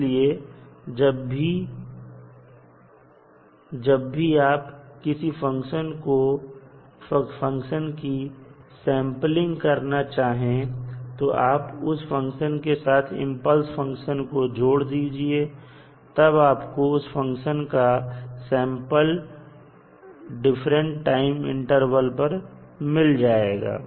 इसलिए जब भी आग किसी फंक्शन की सेंपलिंग करना चाहे तो आप उस फंक्शन के साथ इंपल्स फंक्शन को जोड़ दीजिए तब आपको उस फंक्शन का सैंपल डिफरेंट टाइम इंटरवल पर मिल जाएगा